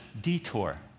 detour